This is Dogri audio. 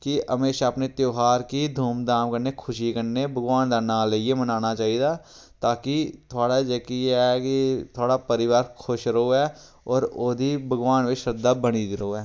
कि हमेशां अपने त्यहार गी धूम धाम कन्नै खुशी कन्नै भगवान दा नांऽ लेइयै मनाना चाहिदा ता कि थुआढ़े जेह्की ऐ कि थुआढ़ा परोआर खुश रोऐ होर ओह्दी भगवान पर शरधा बनी दी र'वै